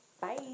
bye